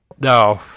No